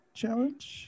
challenge